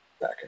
back